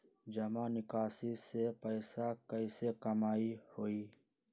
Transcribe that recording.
जमा निकासी से पैसा कईसे कमाई होई?